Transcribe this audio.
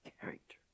Character